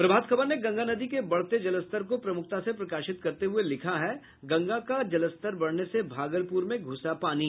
प्रभात खबर ने गंगा नदी के बढ़ते जलस्तर को प्रमुखता से प्रकाशित करते हुये लिखा है गंगा का जलस्तर बढ़ने से भागलपुर में घुसा पानी